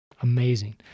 amazing